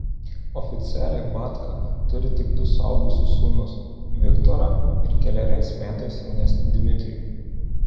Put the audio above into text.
oficialiai batka turi tik du suaugusius sūnus viktorą ir keleriais metais jaunesnį dmitrijų